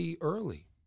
early